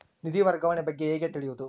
ನಿಧಿ ವರ್ಗಾವಣೆ ಬಗ್ಗೆ ಹೇಗೆ ತಿಳಿಯುವುದು?